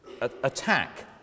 attack